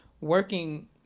working